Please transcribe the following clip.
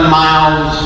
miles